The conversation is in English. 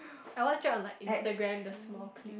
I watch it on like Instagram the small clip